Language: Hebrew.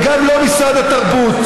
ובמקום לעלות לכאן ולדבר על ענייני